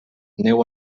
neu